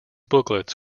booklets